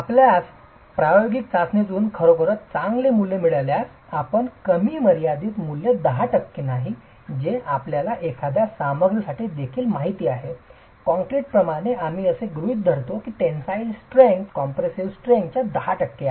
आपल्यास प्रायोगिक चाचणीतून खरोखरच चांगले मूल्ये मिळाल्यास चांगले तर आपणास कमी मर्यादेचे मूल्य 10 टक्के नाही जे आपल्याला एखाद्या सामग्रीसाठी देखील माहिती आहे काँक्रीट प्रमाणे आम्ही असे गृहित धरतो की टेनसाईल स्ट्रेंग्थ कॉम्प्रेसीव स्ट्रेंग्थ च्या 10 टक्के आहे